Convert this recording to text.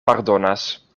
pardonas